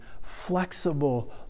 flexible